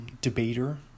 debater